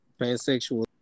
pansexual